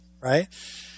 right